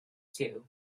two